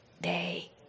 day